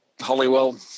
Hollywell